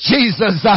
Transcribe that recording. Jesus